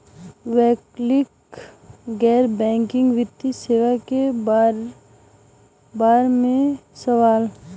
वैकल्पिक गैर बैकिंग वित्तीय सेवा के बार में सवाल?